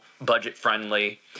budget-friendly